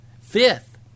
Fifth